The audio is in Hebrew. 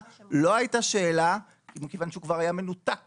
לא הייתה שאלה מכיוון שהוא כבר היה מנותק